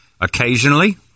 Occasionally